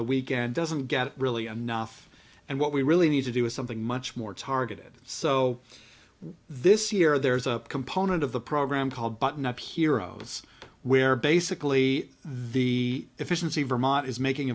the weekend doesn't get really a nuff and what we really need to do is something much more targeted so this year there is a component of the program called button up heroes where basically the efficiency vermont is making